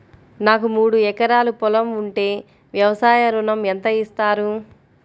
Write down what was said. నాకు మూడు ఎకరాలు పొలం ఉంటే వ్యవసాయ ఋణం ఎంత ఇస్తారు?